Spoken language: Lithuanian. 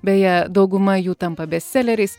beje dauguma jų tampa bestseleriais